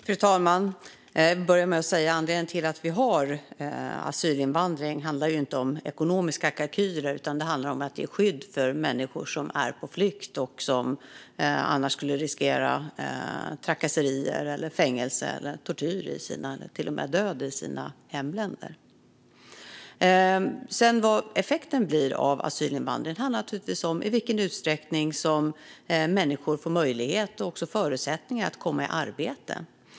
Fru talman! Jag vill börja med att säga att anledningen till att vi har asylinvandring inte handlar om ekonomiska kalkyler. Det handlar om att ge skydd för människor som är på flykt och som annars skulle riskera trakasserier, fängelse, tortyr eller till och med död i sina hemländer. När det gäller vad effekten blir av asylinvandring handlar det naturligtvis om i vilken utsträckning människor får möjlighet och förutsättningar att komma i arbete.